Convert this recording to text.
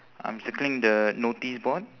I'm circling the notice board